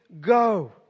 go